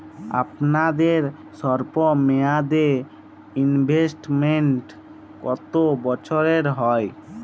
আপনাদের স্বল্পমেয়াদে ইনভেস্টমেন্ট কতো বছরের হয়?